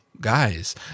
guys